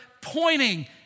pointing